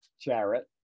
Jarrett